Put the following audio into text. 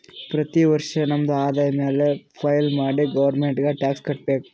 ಪ್ರತಿ ವರ್ಷ ನಮ್ದು ಆದಾಯ ಮ್ಯಾಲ ಫೈಲ್ ಮಾಡಿ ಗೌರ್ಮೆಂಟ್ಗ್ ಟ್ಯಾಕ್ಸ್ ಕಟ್ಬೇಕ್